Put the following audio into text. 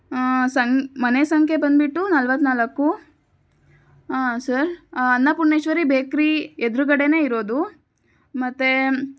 ಸಂ ಮನೆ ಸಂಖ್ಯೆ ಬಂದುಬಿಟ್ಟು ನಲವತ್ನಾಲ್ಕು ಹಾಂ ಸರ್ ಅನ್ನಪೂರ್ಣೇಶ್ವರಿ ಬೇಕ್ರಿ ಎದುರುಗಡೆಲೇ ಇರೋದು ಮತ್ತೆ